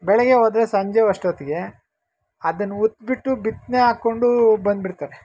ಬೆಳಗ್ಗೆ ಹೋದರೆ ಸಂಜೆ ಅಷ್ಟೊತ್ತಿಗೆ ಅದನ್ನು ಉತ್ಬಿಟ್ಟು ಬಿತ್ತನೆ ಹಾಕೊಂಡು ಬಂದ್ಬಿಡ್ತಾರೆ